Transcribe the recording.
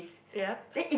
yup